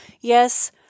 yes